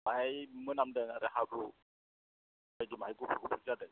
बाहाय मोनामदों आरो हाब्रु बायदि बाहाय गुफुर गुफुर जादों